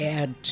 add